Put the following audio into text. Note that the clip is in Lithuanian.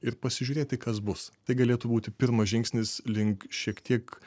ir pasižiūrėti kas bus tai galėtų būti pirmas žingsnis link šiek tiek